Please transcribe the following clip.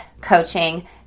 coaching